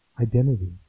identity